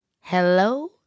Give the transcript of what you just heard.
hello